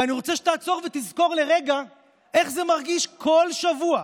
ואני רוצה שתעצור ותזכור לרגע איך זה מרגיש כל שבוע,